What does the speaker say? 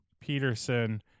Peterson